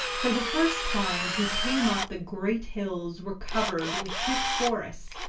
for, the first time he came up, the great hills were covered with thick forests,